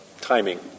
timing